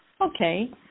Okay